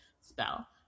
spell